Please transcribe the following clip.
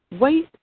Wait